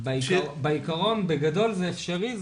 ב --- בעיקרון בגדול זה אפשרי,